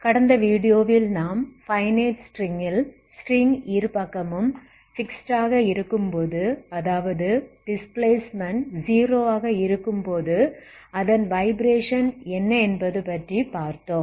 கடந்த வீடியோவில் நாம் ஃபைனைட் ஸ்ட்ரிங் ல் ஸ்ட்ரிங் இருபக்கமும் ஃபிக்ஸ்ட் ஆக இருக்குபோது அதாவது டிஸ்பிளேஸ்ட்மென்ட் 0 ஆக இருக்குபோது அதன் வைப்ரேஷன் என்ன என்பதை பற்றி பார்த்தோம்